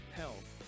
health